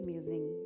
Musing